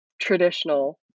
traditional